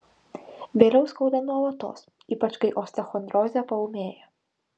vėliau skauda nuolatos ypač kai osteochondrozė paūmėja